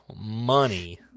money